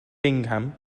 bingham